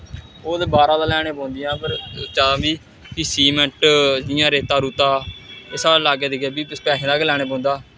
ओह् ते बाह्रा दा लेआनै पौंदियां पर जां फ्ही सीमैंट जि'यां रेत्ता रूत्ता साढ़ै लाग्गै धिग्गै एह् बी पैहें दा गै लैने पौंदा